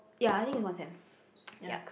ya I think is one sem ya